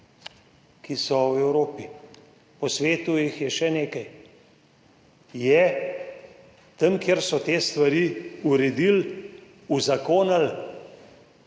ki so v Evropi. Po svetu jih je še nekaj. Tam, kjer so te stvari uredili, uzakonili,